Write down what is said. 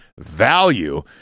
value